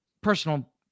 personal